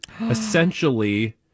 essentially